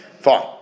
Fine